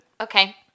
Okay